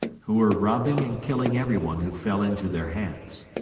who were robbing and killing everyone who fell into their hands.